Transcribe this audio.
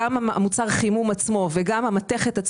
מוצר החימום עצמו והמתכת,